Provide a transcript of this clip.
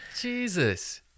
Jesus